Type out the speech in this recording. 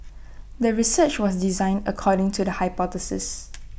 the research was designed according to the hypothesis